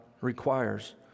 requires